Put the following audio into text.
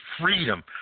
freedom